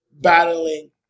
Battling